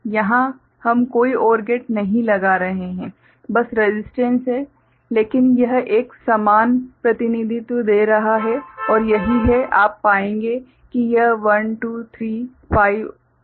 यहां हम कोई OR गेट नहीं लगा रहे हैं बस रसिस्टेंस है लेकिन यह एक समान प्रतिनिधित्व दे रहा है और यही है आप पाएंगे कि यह 1 2 3 5 7 है